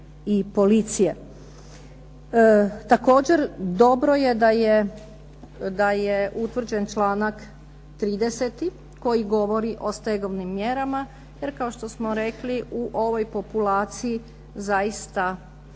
Također dobro je da je utvrđen članak 30. koji govori o stegovnim mjerama. Jer kao što smo rekli u ovoj populaciji zaista ima, dio